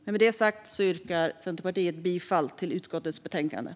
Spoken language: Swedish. Med detta sagt yrkar Centerpartiet bifall till utskottets förslag i betänkandet.